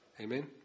Amen